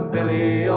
Billy